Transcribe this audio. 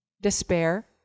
despair